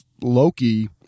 Loki